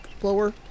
blower